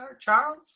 Charles